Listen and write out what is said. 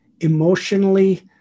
emotionally